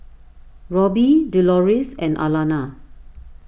Robbie Deloris and Alana